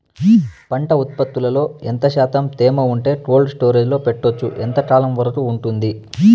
పంట ఉత్పత్తులలో ఎంత శాతం తేమ ఉంటే కోల్డ్ స్టోరేజ్ లో పెట్టొచ్చు? ఎంతకాలం వరకు ఉంటుంది